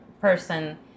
person